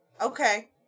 Okay